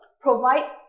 provide